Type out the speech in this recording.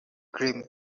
grim